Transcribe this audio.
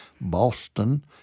Boston